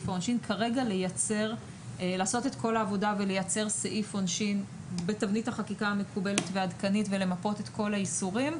לייצר כרגע סעיף עונשין בתבנית החקיקה המקובלת והעדכנית מחמיץ את העיקר,